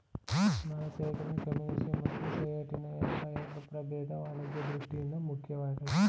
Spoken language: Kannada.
ಮರಸೇಬಿನ ಕಮ್ಯುನಿಸ್ ಮತ್ತು ಸೇಟಿನ ಎಂಬ ಎರಡು ಪ್ರಭೇದಗಳು ವಾಣಿಜ್ಯ ದೃಷ್ಠಿಯಿಂದ ಮುಖ್ಯವಾಗಯ್ತೆ